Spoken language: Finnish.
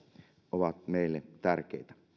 ovat meille tärkeitä